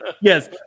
yes